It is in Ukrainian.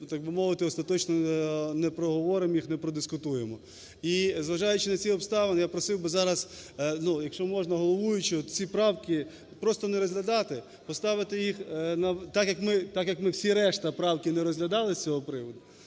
так би мовити, остаточно не проговоримо їх і не продискутуємо. І, зважаючи на ці обставини, я просив би зараз, якщо можна, головуючого ці правки просто не розглядати, поставити їх так, як ми всі решту правки не розглядали з цього приводу,